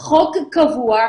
אנחנו כרגע מנהלים הליך בבית משפט,